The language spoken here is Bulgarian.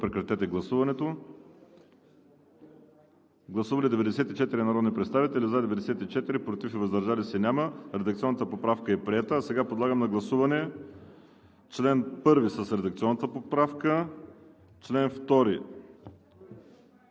„2020 г., София“. Гласували 94 народни представители: за 94, против и въздържали се няма. Редакционната поправка е приета. Сега подлагам на гласуване чл. 1 с редакционната поправка, чл. 2...